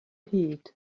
hyd